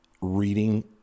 reading